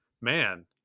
man